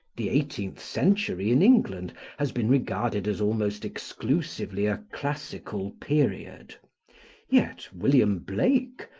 the eighteenth century in england has been regarded as almost exclusively a classical period yet william blake,